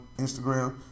Instagram